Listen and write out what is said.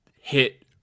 hit